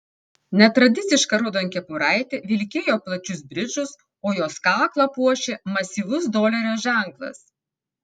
netradiciška raudonkepuraitė vilkėjo plačius bridžus o jos kaklą puošė masyvus dolerio ženklas